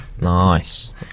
Nice